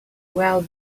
well